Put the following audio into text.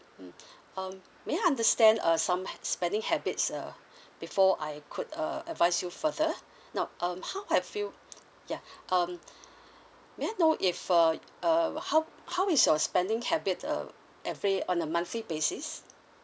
mm um may I understand uh some spending habits uh before I could uh advise you further now um how have you ya um may I know if uh uh how how is your spending habit uh every on a monthly basis